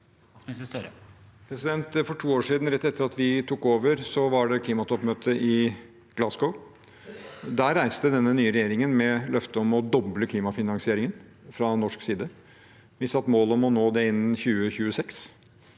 For to år siden, rett etter at vi tok over, var det klimatoppmøte i Glasgow. Dit reiste denne nye regjeringen med løfte om å doble klimafinansieringen fra norsk side. Vi satte mål om å nå det innen 2026,